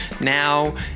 now